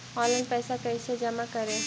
Online पैसा कैसे जमा करे?